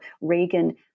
Reagan